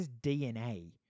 DNA